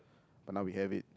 but now we have it